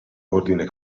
ordine